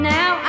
Now